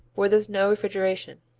where there's no refrigeration.